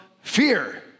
fear